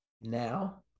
now